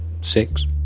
six